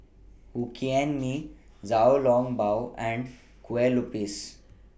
Hokkien Mee Xiao Long Bao and Kueh Lupis